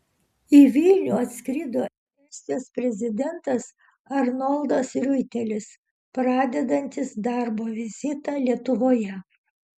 į vilnių atskrido estijos prezidentas arnoldas riuitelis pradedantis darbo vizitą lietuvoje